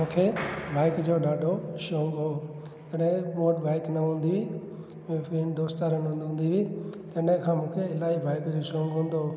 मूंखे बाइक जो ॾाढो शौक़ु हुओ तॾहिं मूं वटि बाइक न हूंदी मुंहिंजे दोस्त यारनि वठि हूंदी हुई हिन खां मूंखे इलाही बाइक जो शौक़ु हूंदो हुओ